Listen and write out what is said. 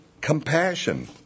compassion